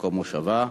למקום מושבה.